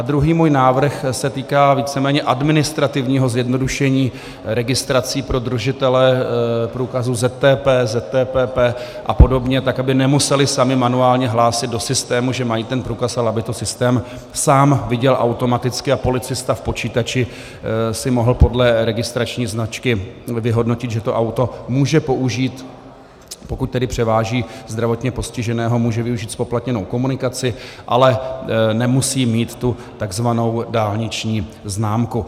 Druhý můj návrh se týká víceméně administrativního zjednodušení registrací pro držitele průkazů ZTP, ZTPP a podobně, tak aby nemuseli sami manuálně hlásit do systému, že mají ten průkaz, ale aby to systém sám viděl automaticky a policista v počítači si mohl podle registrační značky vyhodnotit, že to auto může použít, pokud tedy převáží zdravotně postiženého, může využít zpoplatněnou komunikaci, ale nemusí mít tu tzv. dálniční známku.